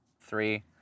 three